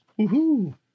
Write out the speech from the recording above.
Woohoo